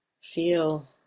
feel